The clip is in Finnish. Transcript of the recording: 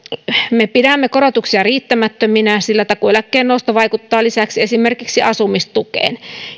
me pidämme korotuksia riittämättöminä sillä takuueläkkeen nosto vaikuttaa lisäksi esimerkiksi asumistukeen